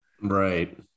Right